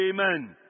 Amen